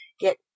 get